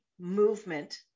movement